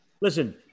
Listen